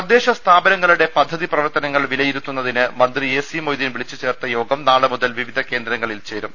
തദ്ദേശ സ്ഥാപനങ്ങളുടെ പദ്ധതി പ്രവർത്തനങ്ങൾ വിലയിരുത്തുന്നതിന് മന്ത്രി എ സി മൊയ്തീൻ വിളിച്ചു ചേർത്ത യോഗം നാളെ മുതൽ വിവിധ കേന്ദ്രങ്ങളിൽ ചേരും